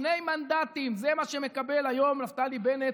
שני מנדטים, זה מה שמקבלים היום נפתלי בנט